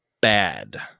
bad